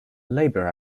labor